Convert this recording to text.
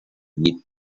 need